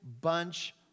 bunch